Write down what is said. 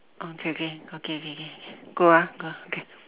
okay okay okay okay okay go ah go ah okay